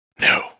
No